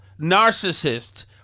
narcissist